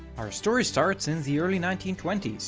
our story starts in the early nineteen twenty s,